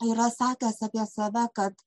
yra sakęs apie save kad